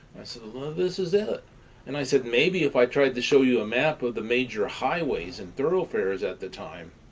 this is it and i said maybe if i tried to show you a map of the major highways and thoroughfares at the time